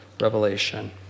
revelation